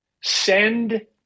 send